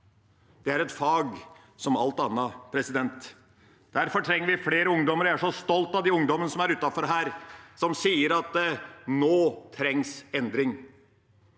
Det er et fag som alt annet. Derfor trenger vi flere ungdommer. Jeg er så stolt av de ungdommene som er utenfor her, som sier at det nå trengs endring.